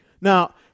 Now